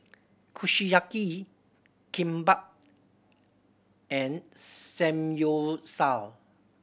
Kushiyaki Kimbap and Samgyeopsal